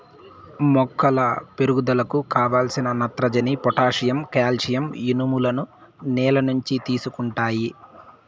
మొక్కల పెరుగుదలకు కావలసిన నత్రజని, పొటాషియం, కాల్షియం, ఇనుములను నేల నుంచి తీసుకుంటాయి